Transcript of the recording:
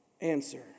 answer